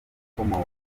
ukomoka